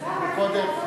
אבל יש עוד.